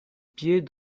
pieds